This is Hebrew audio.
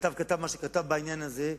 הכתב כתב מה שכתב בעניין הזה,